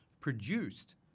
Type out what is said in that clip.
produced